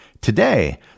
Today